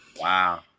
Wow